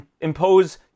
impose